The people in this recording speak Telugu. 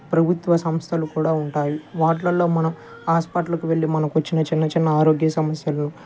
ప్రభుత్వ సంస్థలు కూడా ఉంటాయి వాటిలల్లో మన హాస్పటల్కి వెళ్ళి మనకి వచ్చిన చిన్న చిన్న ఆరోగ్య సమస్యలు